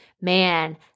man